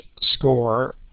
score